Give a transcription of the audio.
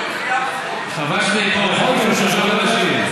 אני מסכים לדחיית החוק.